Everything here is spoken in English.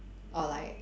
or like